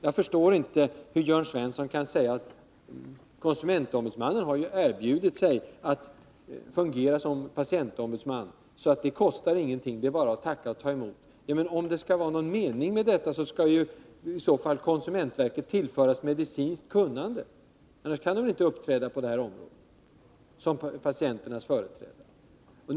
Jag förstår inte hur Jörn Svensson kan säga att konsumentombudsmannen har erbjudit sig att fungera som patientombud och att det inte kostar någonting. Det är bara att tacka och ta emot! Men om det skall vara någon mening med det hela skall i så fall konsumentverket tillföras medicinskt kunnande. Annars kan väl inte KO uppträda som patientföreträdare.